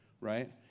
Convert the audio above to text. right